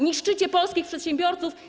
Niszczycie polskich przedsiębiorców.